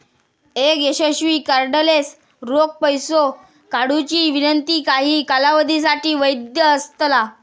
एक यशस्वी कार्डलेस रोख पैसो काढुची विनंती काही कालावधीसाठी वैध असतला